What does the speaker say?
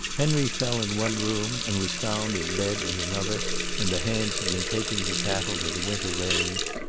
henry fell in one room, and was found in bed in another when the hands had been taking the cattle to the winter range,